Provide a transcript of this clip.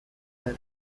دارم